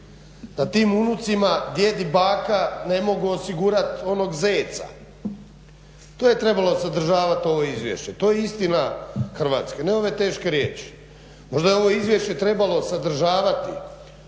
da tim unucima djed i baka ne mogu osigurat onog zeca. To je trebalo sadržavat ovo izvješće. To je istina Hrvatske, a ne ove teške riječi. Možda je ovo izvješće trebalo sadržavati